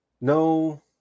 No